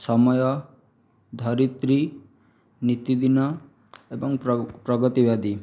ସମୟ ଧରିତ୍ରୀ ନୀତିଦିନ ଏବଂ ପ୍ରଗ ପ୍ରଗତିବାଦୀ